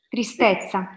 Tristezza